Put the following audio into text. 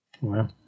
Wow